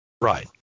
Right